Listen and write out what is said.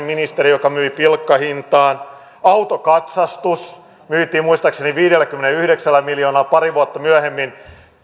ministeri joka myi pilkkahintaan autokatsastus myytiin muistaakseni viidelläkymmenelläyhdeksällä miljoonalla pari vuotta myöhemmin sama yritys